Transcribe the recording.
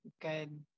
good